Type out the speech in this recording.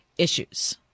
issues